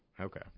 Okay